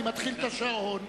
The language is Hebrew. אני מתחיל את השעון.